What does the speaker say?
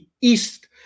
East